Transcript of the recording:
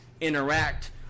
interact